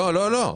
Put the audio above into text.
לא.